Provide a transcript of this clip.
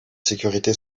sécurité